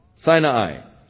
Sinai